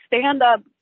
stand-up